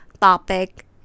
topic